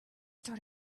start